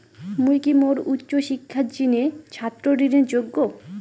মুই কি মোর উচ্চ শিক্ষার জিনে ছাত্র ঋণের যোগ্য?